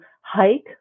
hike